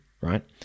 right